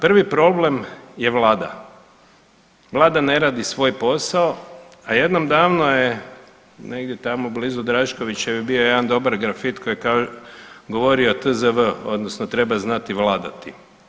Prvi problem je vlada, vlada ne radi svoj posao, a jednom davno je negdje tamo blizu Draškovićeve bio jedan dobar grafit koji je govorio TZV odnosno treba znati vladati.